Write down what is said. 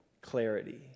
clarity